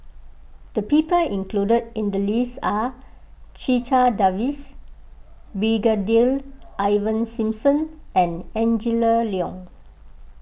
the people included in the list are Checha Davies Brigadier Ivan Simson and Angela Liong